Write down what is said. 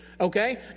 Okay